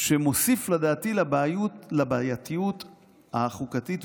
שלדעתי מוסיף לבעייתיות החוקתית,